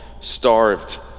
starved